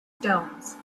stones